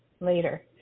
later